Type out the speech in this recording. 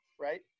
right